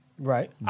Right